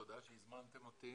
תודה שהזמנתם אותי.